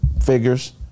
figures